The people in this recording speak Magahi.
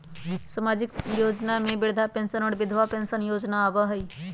सामाजिक योजना में वृद्धा पेंसन और विधवा पेंसन योजना आबह ई?